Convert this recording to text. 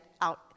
out